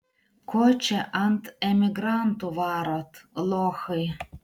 ko čia ant emigrantų varot lochai